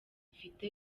ifite